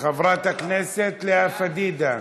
חברת הכנסת לאה פדידה.